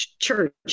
Church